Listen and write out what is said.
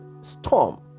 storm